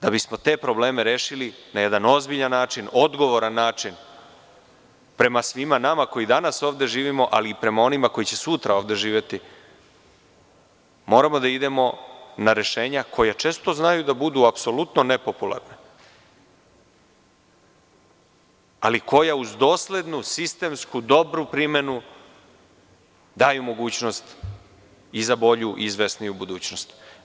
Da bismo te probleme rešili na jedan ozbiljan način, odgovoran način prema svima nama koji danas ovde živimo, ali i prema onima koji će sutra ovde živeti, moramo da idemo na rešenja koja često znaju da budu apsolutno nepopularna, ali koja uz doslednu, sistemsku, dobru primenu daje mogućnost za bolju i izvesniju budućnost.